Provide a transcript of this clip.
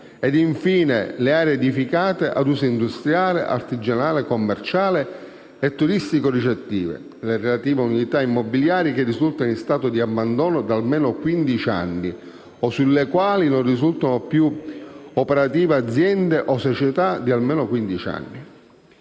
e, infine, di aree edificate a uso industriale, artigianale, commerciale e turistico-ricettivo, nonché delle relative unità immobiliari che risultano in stato di abbandono da almeno quindici anni, o su cui non risultano più operative aziende o società di almeno quindici